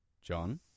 John